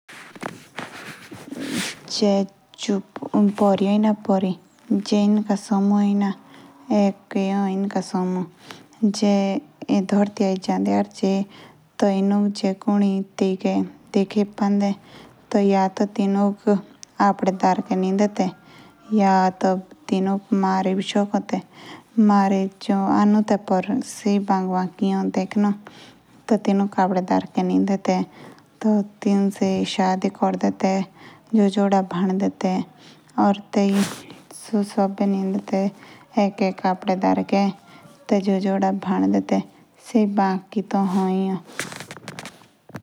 जो परी हैना सी परी जो इनका समुह आइना। एक इंका और एक स्मुह। जे ये धरतीयाच जलि आई। इनुक जे कुड़ी देखे बी पेल। तो तिनकुक अपदे डार्के नाइड ते। हां तिनुक मारी बी शको ते। पीआर सेई बाकी बाकी एक देखनोक। आपदे अंधेरे निंद दे। तिनू से झोजदा बड़ दे ते सबिये अपदे अंधेरे ले जांदे ते।